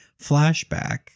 flashback